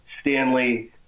stanley